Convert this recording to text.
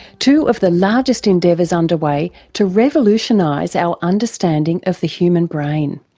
two of the largest endeavours underway to revolutionise our understanding of the human brain.